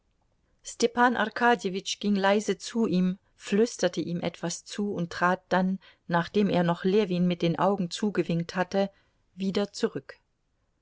arkadjewitsch ging leise zu ihm flüsterte ihm etwas zu und trat dann nachdem er noch ljewin mit den augen zugewinkt hatte wieder zurück